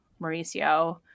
Mauricio